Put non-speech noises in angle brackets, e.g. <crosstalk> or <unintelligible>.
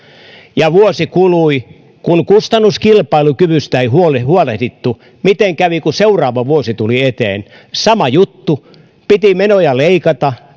ja vuosi kului kun kustannuskilpailukyvystä ei huolehdittu miten kävi kun seuraava vuosi tuli eteen sama juttu piti menoja leikata <unintelligible>